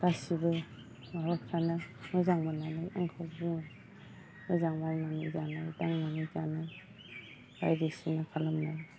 गासैबो माबाफोरानो मोजां मोननानै आंखौ बुङो मोजां मावनानै जानाय दांनानै जानाय बायदिसिना खालामनाय